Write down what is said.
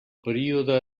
període